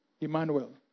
Emmanuel